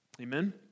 Amen